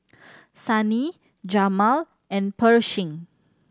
Sunny Jamal and Pershing